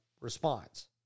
response